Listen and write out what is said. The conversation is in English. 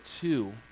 two